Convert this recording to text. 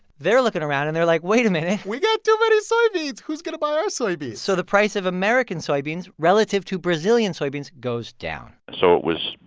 they're looking around. and they're like wait a minute we got too many but soybeans. who's going to buy our soybeans? so the price of american soybeans relative to brazilian soybeans goes down so it was,